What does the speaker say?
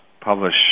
publish